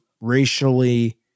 racially